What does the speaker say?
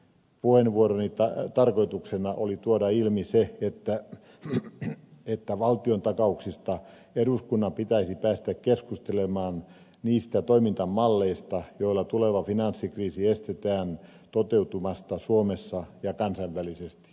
puheenvuoroni tarkoituksena oli tuoda ilmi se että valtiontakauksissa eduskunnan pitäisi päästä keskustelemaan niistä toimintamalleista joilla tuleva finanssikriisi estetään toteutumasta suomessa ja kansainvälisesti